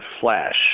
flash